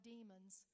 Demons